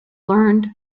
learned